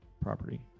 property